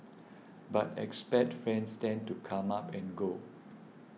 but expat friends tend to come up and go